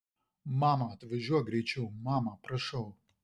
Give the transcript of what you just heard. mama atvažiuok greičiau mama prašau